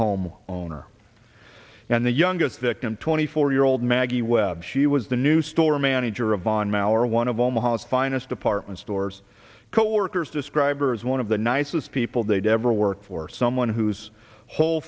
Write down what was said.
home owner and the youngest victim twenty four year old maggie webb she was the new store manager of von mallory one of omaha's finest department stores coworkers describe her as one of the nicest people they'd ever worked for someone whose whole